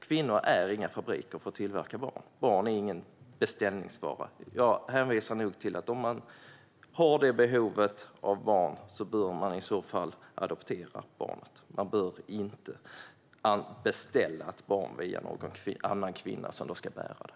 Kvinnor är inga fabriker för att tillverka barn. Barn är inte någon beställningsvara. Om man har det behovet av att få barn hänvisar jag till att man bör adoptera barnet. Man bör inte beställa ett barn via en annan kvinna som ska bära det.